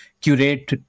curate